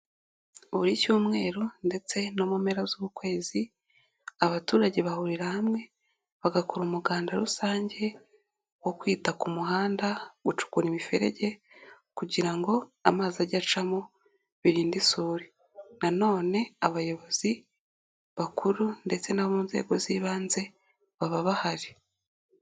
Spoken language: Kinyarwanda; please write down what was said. Buri cyumweru ndetse no mu mpera z'ukwezi, abaturage bahurira hamwe bagakora umuganda rusange, wo kwita ku muhanda ,gucukura imiferege kugira ngo amazi ajye acamo birinde isuri ,nanone abayobozi bakuru ndetse no mu nzego z'ibanze baba bahari.